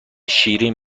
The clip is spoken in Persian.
شیرین